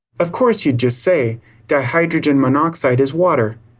of course, you'd just say dihydrogen monoxide is water.